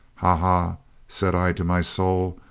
ha, ha said i to my soul,